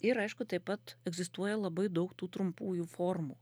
ir aišku taip pat egzistuoja labai daug tų trumpųjų formų